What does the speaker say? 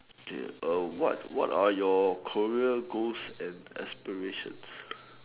oh what what are your career goals and aspirations